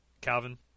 Calvin